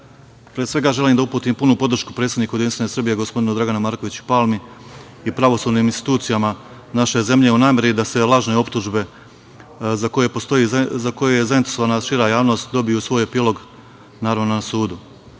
pre svega želim da uputim punu podršku predsedniku Jedinstvene Srbije gospodinu Draganu Markoviću Palmi i pravosudnim institucijama naše zemlje u nameri da se lažne optužbe za koje je zainteresovana šira javnost dobiju svoj epilog, naravno, na